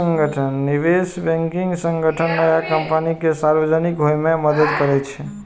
निवेश बैंकिंग संगठन नया कंपनी कें सार्वजनिक होइ मे मदति करै छै